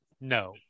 No